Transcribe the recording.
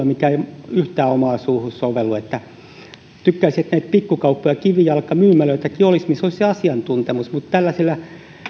mikä ei yhtään omaan suuhun sovellu joten tykkäisin että olisi näitä pikkukauppoja kivijalkamyymälöitäkin missä olisi se asiantuntemus mutta kyllä me tällaisilla